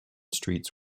streets